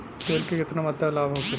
तेल के केतना मात्रा लाभ होखेला?